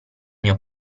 mio